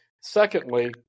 Secondly